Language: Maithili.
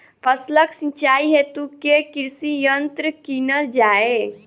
फसलक सिंचाई हेतु केँ कृषि यंत्र कीनल जाए?